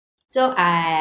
so I